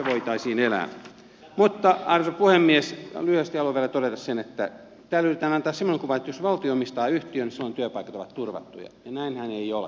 mutta arvoisa puhemies lyhyesti haluan vielä todeta sen että täällä yritetään antaa semmoinen kuva että jos valtio omistaa yhtiön silloin työpaikat ovat turvattuja ja näinhän ei ole